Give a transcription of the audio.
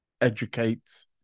educate